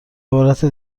عبارت